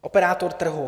Operátor trhu.